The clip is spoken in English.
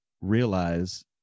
realize